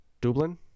Dublin